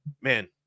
Man